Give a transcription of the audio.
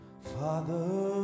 Father